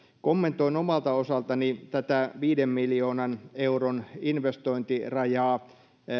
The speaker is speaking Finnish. kommentoin omalta osaltani tätä viiden miljoonan euron investointirajaa